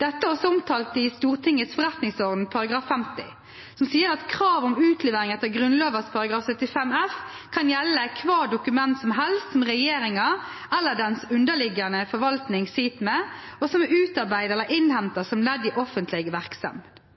Dette er også omtalt i Stortingets forretningsorden § 50, som sier at krav om utlevering etter Grunnloven § 75 f kan gjelde «ethvert dokument som er i regjeringens eller den underliggende forvaltningens besittelse, og som er utarbeidet eller innhentet som ledd i